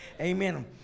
Amen